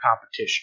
competition